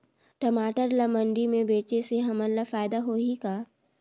टमाटर ला मंडी मे बेचे से हमन ला फायदा होही का?